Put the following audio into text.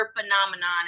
phenomenon